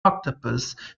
octopus